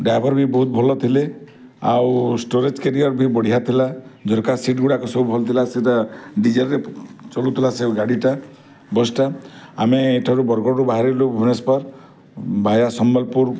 driver ବି ବହୁତ ଭଲ ଥିଲେ ଆଉ ଷ୍ଟୋରେଜ୍ କ୍ୟାରୀୟରବି ବଢ଼ିଆ ଥିଲା ଝରକା ସିଟ୍ ଗୁଡ଼ାକ ସବୁ ଭଲଥିଲା ସେଇଟା ଡିଜେଲ୍ରେ ଚଲୁଥିଲା ସେ ଗାଡ଼ିଟା ବସ୍ ଟା ଆମେ ଏଠାରୁ ବରଗଡ଼ରୁ ବାହାରିଲୁ ଭୁବନେଶ୍ୱର ଭାୟା ସମ୍ବଲପୁର